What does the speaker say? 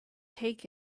take